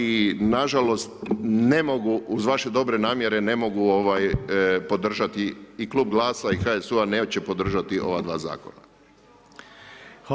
I na žalost ne mogu uz vaše dobre namjere ne mogu podržati i Klub Glasa i HSU-a neće podržati ova dva zakona.